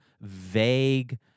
vague